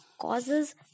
causes